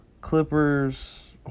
Clippers